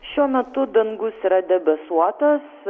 šiuo metu dangus yra debesuotas